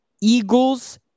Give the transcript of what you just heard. Eagles